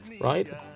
Right